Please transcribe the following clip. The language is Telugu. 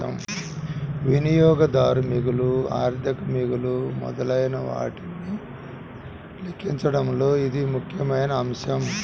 వినియోగదారు మిగులు, ఆర్థిక మిగులు మొదలైనవాటిని లెక్కించడంలో ఇది ముఖ్యమైన అంశం